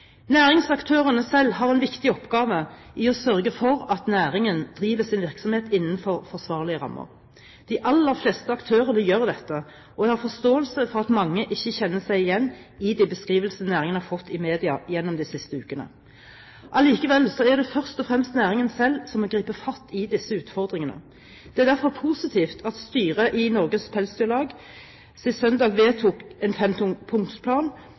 Næringsaktørene selv har en viktig oppgave i å sørge for at næringen driver sin virksomhet innenfor forsvarlige rammer. De aller fleste aktørene gjør dette, og jeg har forståelse for at mange ikke kjenner seg igjen i de beskrivelsene næringen har fått i media gjennom de siste ukene. Allikevel er det først og fremst næringen selv som må gripe fatt i disse utfordringene. Det er derfor positivt at styret i Norges Pelsdyralslag sist søndag vedtok en